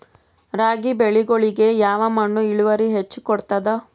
ರಾಗಿ ಬೆಳಿಗೊಳಿಗಿ ಯಾವ ಮಣ್ಣು ಇಳುವರಿ ಹೆಚ್ ಕೊಡ್ತದ?